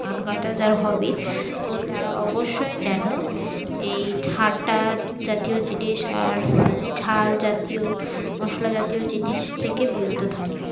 গান গাইতে যার হবি তো তারা অবশ্যই যেন এই ঠান্ডা জাতীয় জিনিস আর ঝাল জাতীয় মশলা জাতীয় জিনিস থেকে বিরত থাকে